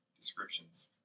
Descriptions